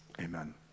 Amen